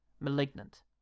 Malignant